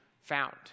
found